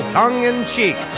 tongue-in-cheek